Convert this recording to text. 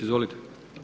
Izvolite.